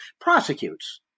prosecutes